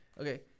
Okay